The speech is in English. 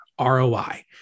ROI